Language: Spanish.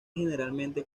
generalmente